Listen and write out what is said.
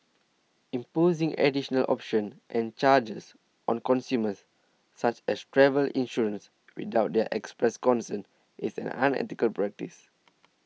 imposing additional options and charges on consumers such as travel insurance without their express consent is an unethical practice